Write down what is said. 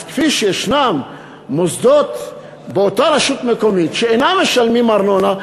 כפי שישנם מוסדות באותה רשות מקומית שאינם משלמים ארנונה,